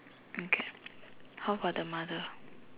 okay how about the mother